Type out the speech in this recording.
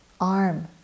arm